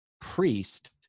priest